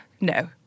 no